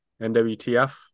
NWTF